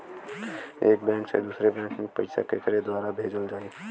एक बैंक से दूसरे बैंक मे पैसा केकरे द्वारा भेजल जाई?